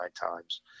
times